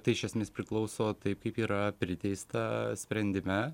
tai iš esmės priklauso taip kaip yra priteista sprendime